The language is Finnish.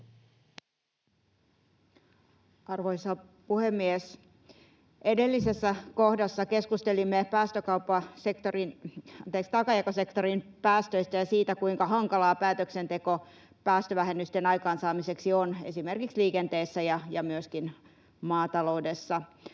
Arvoisa puhemies! Edellisessä kohdassa keskustelimme taakanjakosektorin päästöistä ja siitä, kuinka hankalaa päätöksenteko päästövähennysten aikaansaamiseksi on esimerkiksi liikenteessä ja myöskin maataloudessa.